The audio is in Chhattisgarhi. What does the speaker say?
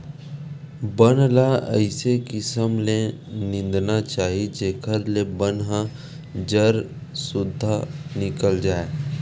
बन ल अइसे किसम ले निंदना चाही जेखर ले बन ह जर सुद्धा निकल जाए